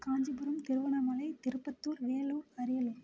Kanchipuram Tiruvannamalai Tirupattur Vellore Ariyalur